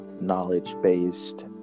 knowledge-based